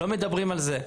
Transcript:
לא מדברים על זה.